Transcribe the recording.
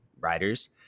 riders